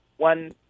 one